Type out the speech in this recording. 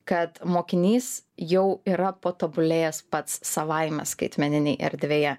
kad mokinys jau yra patobulėjęs pats savaime skaitmeninėj erdvėje